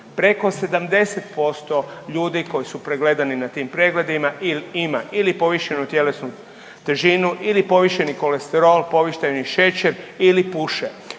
Preko 70% ljudi koji su pregledani na tim pregledima il ima ili povišenu tjelesnu težinu ili povišeni kolesterol, povišeni šećer ili puše.